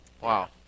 Wow